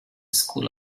school